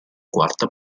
quarta